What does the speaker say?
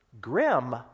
grim